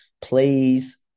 please